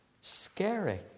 scary